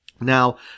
Now